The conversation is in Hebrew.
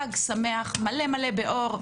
חג שמח ומלא באור,